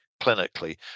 clinically